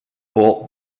bolt